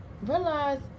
realize